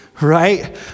right